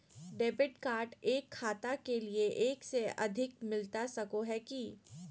Debit card एक खाता के लिए एक से अधिक मिलता सको है की?